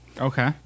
Okay